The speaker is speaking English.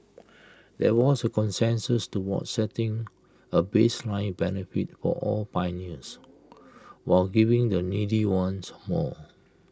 there was consensus towards setting A baseline benefit for all pioneers while giving the needy ones more